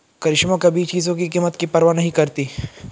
करिश्मा कभी चीजों की कीमत की परवाह नहीं करती